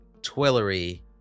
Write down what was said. Twillery